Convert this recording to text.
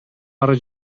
ары